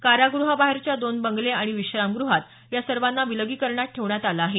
काराग्रहाबाहेरच्या दोन बंगले आणि विश्रामग्रहात या सर्वांना विलगीकरणात ठेवण्यात आलं आहे